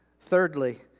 Thirdly